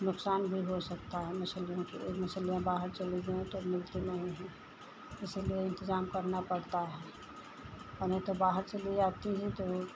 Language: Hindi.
नुकसान भी हो सकता है मछलियों के बाहर चली गईं तो मिलती नहीं हैं इसलिए इन्तज़ाम करना पड़ता है और नहीं तो बाहर चली जाती हैं तो